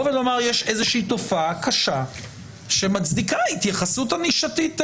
ונאמר שיש איזו שהיא תופעה קשה שמצדיקה התייחסות משפטית מיוחדת.